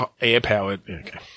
air-powered